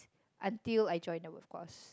until I join the workforce